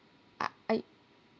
I I